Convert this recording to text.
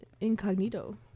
incognito